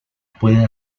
puede